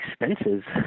expenses